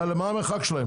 מה המרחק שלכם?